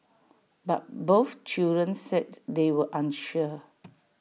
but both children said they were unsure